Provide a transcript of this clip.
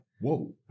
whoa